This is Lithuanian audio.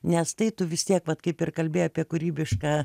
nes tai tu vis tiek vat kaip ir kalbėjo apie kūrybišką